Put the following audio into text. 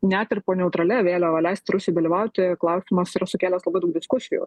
net ir po neutralia vėliava leisti rusijai dalyvauti klausimas yra sukėlęs labai daug diskusijų